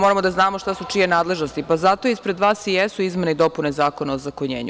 Moramo prvo da znamo šta su čije nadležnosti, pa zato ispred vas i jesu izmene i dopune Zakona o ozakonjenju.